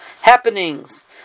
happenings